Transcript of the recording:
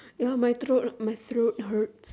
you know my throat my throat hurts